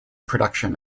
production